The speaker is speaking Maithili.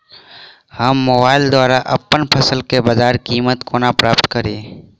हम मोबाइल द्वारा अप्पन फसल केँ बजार कीमत कोना प्राप्त कड़ी?